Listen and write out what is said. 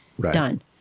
Done